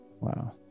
Wow